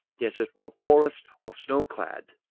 desert or forest or snow-clad